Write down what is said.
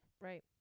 Right